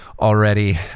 already